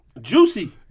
Juicy